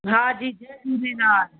हा जी जय झूलेलाल